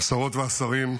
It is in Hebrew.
השרות והשרים,